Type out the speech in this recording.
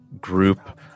group